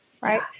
Right